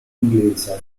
inglese